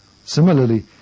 Similarly